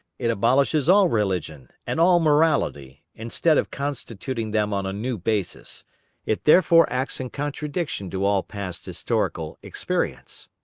it abolishes all religion, and all morality, instead of constituting them on a new basis it therefore acts in contradiction to all past historical experience.